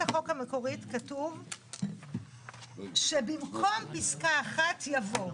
המקורית כתוב שבמקום פסקה 1 יבוא,